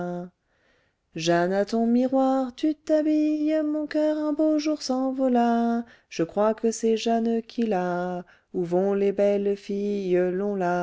jeanne à ton miroir tu t'habilles mon coeur un beau jour s'envola je crois que c'est jeanne qui l'a où vont les belles filles